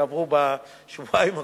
יעברו בשבועיים הקרובים,